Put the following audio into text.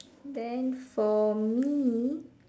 then for me